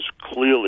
clearly